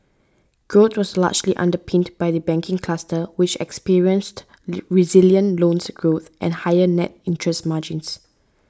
growth was largely underpinned by the banking cluster which experienced resilient loans growth and higher net interest margins